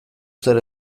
zer